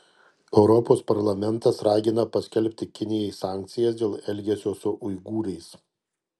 europos parlamentas ragina paskelbti kinijai sankcijas dėl elgesio su uigūrais